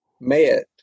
met